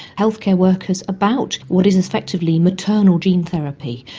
healthcare workers, about what is effectively maternal gene therapy,